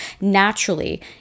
naturally